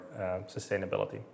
sustainability